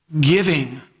giving